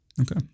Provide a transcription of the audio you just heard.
Okay